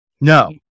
no